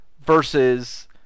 versus